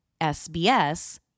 SBS